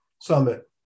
summit